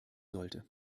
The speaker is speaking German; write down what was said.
sollte